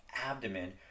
abdomen